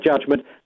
judgment